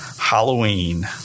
Halloween